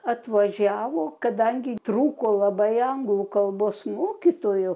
atvažiavo kadangi trūko labai anglų kalbos mokytojo